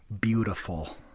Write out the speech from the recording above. beautiful